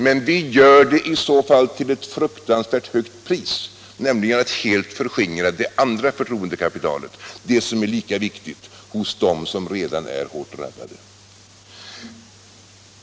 Men vi gör det i så fall till ett fruktansvärt högt pris, nämligen genom att helt förskingra det andra förtroendekapitalet — det som är lika viktigt för dem som redan är hårt drabbade.